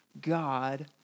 God